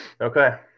Okay